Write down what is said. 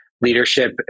leadership